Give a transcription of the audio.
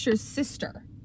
sister